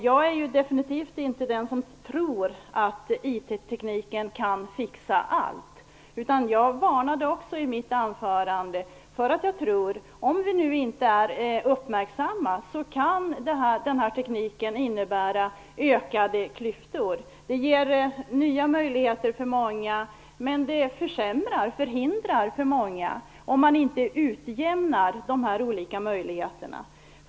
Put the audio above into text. Jag är definitivt inte den som tror att IT kan fixa allt. Jag varnade också i mitt anförande för att jag tror att denna teknik kan komma att innebära ökade klyftor om vi inte är uppmärksamma. Den ger nya möjligheter för många, men den försämrar och förhindrar också för många om inte de olika möjligheterna utjämnas.